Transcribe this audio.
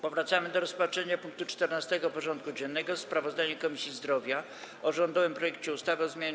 Powracamy do rozpatrzenia punktu 14. porządku dziennego: Sprawozdanie Komisji Zdrowia o rządowym projekcie ustawy o zmianie